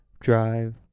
drive